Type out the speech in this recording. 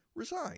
resign